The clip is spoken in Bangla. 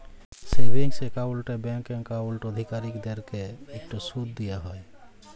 সেভিংস একাউল্টে ব্যাংক একাউল্ট অধিকারীদেরকে ইকট সুদ দিয়া হ্যয়